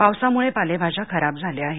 पावसामुळे पालेभाज्या खराब झाल्या आहेत